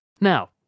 Now